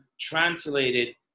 translated